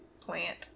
plant